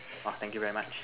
oh thank you very much